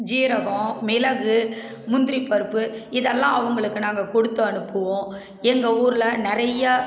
ஜீரகம் மிளகு முந்திரிப்பருப்பு இதெல்லாம் அவங்களுக்கு நாங்கள் கொடுத்து அனுப்புவோம் எங்கள் ஊரில் நிறையா